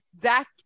Zach